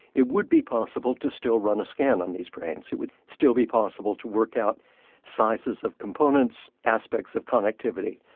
it would be possible to still run a scan on these brains, it would still be possible to work out sizes of components, aspects of connectivity.